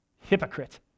Hypocrite